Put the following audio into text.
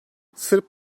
sırp